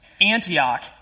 Antioch